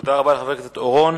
תודה רבה לחבר הכנסת אורון.